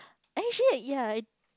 eh actually ya